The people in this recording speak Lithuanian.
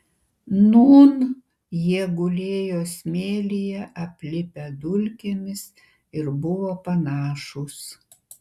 nūn jie gulėjo smėlyje aplipę dulkėmis ir buvo panašūs